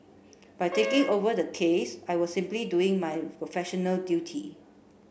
by taking over the case I was simply doing my professional duty